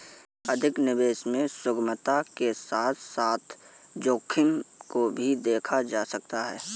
अधिक निवेश में सुगमता के साथ साथ जोखिम को भी देखा जा सकता है